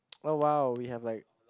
oh wow we have like